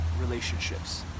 relationships